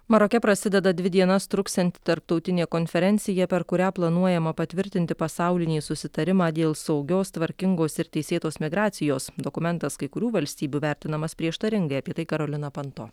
maroke prasideda dvi dienas truksianti tarptautinė konferencija per kurią planuojama patvirtinti pasaulinį susitarimą dėl saugios tvarkingos ir teisėtos migracijos dokumentas kai kurių valstybių vertinamas prieštaringai apie tai karolina panto